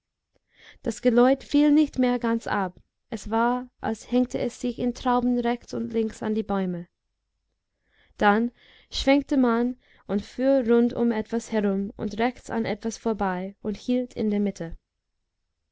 das geläut fiel nicht mehr ganz ab es war als hängte es sich in trauben rechts und links an die bäume dann schwenkte man und fuhr rund um etwas herum und rechts an etwas vorbei und hielt in der mitte